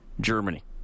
Germany